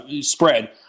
spread